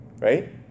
Right